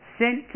sent